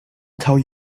tell